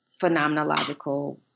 phenomenological